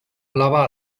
blava